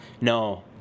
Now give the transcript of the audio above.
No